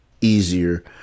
easier